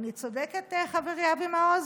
אני צודקת, חברי אבי מעוז?